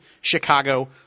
chicago